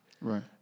Right